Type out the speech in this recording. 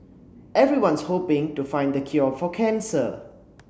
everyone's hoping to find the cure for cancer